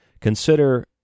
Consider